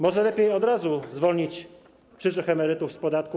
Może lepiej od razu zwolnić przyszłych emerytów z podatku?